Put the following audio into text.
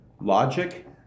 Logic